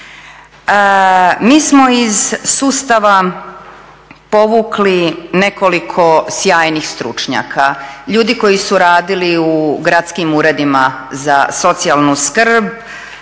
Mi smo iz sustava povukli nekoliko sjajnih stručnjaka, ljudi koji su radili u gradskim uredima za socijalnu skrb,